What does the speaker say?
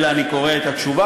אלא אני קורא את התשובה,